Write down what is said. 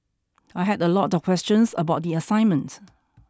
I had a lot of questions about the assignment